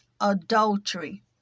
adultery